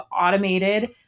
automated